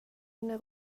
ina